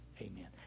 Amen